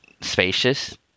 spacious